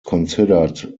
considered